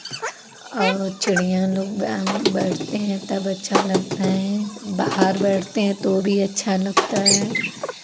और चिड़ियाँ लोग बैठती हैं तब अच्छा लगते हैं बाहर बैठते हैं तो भी अच्छा लगता है